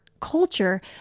culture